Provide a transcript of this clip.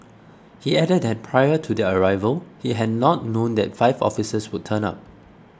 he added that prior to their arrival he had not known that five officers would turn up